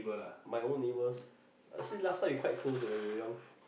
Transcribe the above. my own neighbours uh since last time we quite close eh when we were young